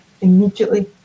immediately